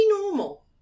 normal